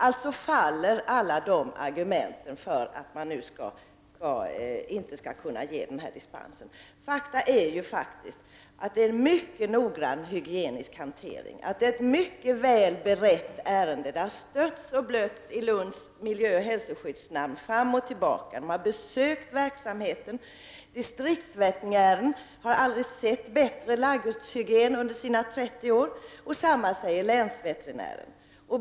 Alltså faller alla de argumenten för att man nu inte skall kunna ge dispens. Faktum är att hanteringen är mycket noggrann och hygienisk. Ärendet är mycket väl berett. Det har stötts och blötts i Lunds miljöoch hälsoskyddsnämnd, fram och tillbaka. Nämnden har besökt verksamheten. Distriktsveterinären har aldrig sett bättre ladugårdshygien under sina 30 år. Detsamma säger länsveterinären.